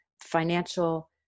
financial